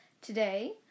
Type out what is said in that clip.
Today